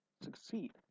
succeed